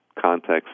context